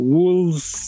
Wolves